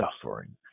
suffering